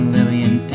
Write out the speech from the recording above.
Lillian